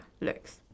looks